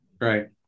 Right